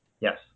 Yes